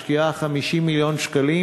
משקיעה 50 מיליון שקלים,